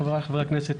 חבריי חברי הכנסת,